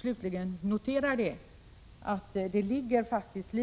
Slutligen noterar jag bara att det faktiskt